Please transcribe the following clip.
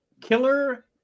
Killer